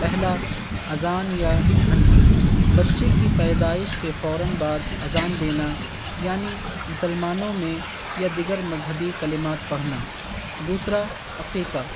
پہلا اذان یا گھنٹی بچے کی پیدائش کے فوراً بعد اذان دینا یعنی مسلمانوں میں یا دیگر مذہبی قلمات پڑھنا دوسرا عقیقہ